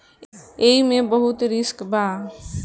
एईमे बहुते रिस्क बा